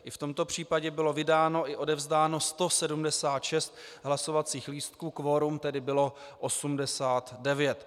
I v tomto případě bylo vydáno a odevzdáno 176 hlasovacích lístků, kvorum tedy bylo 89.